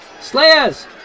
Slayers